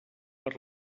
per